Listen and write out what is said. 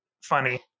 funny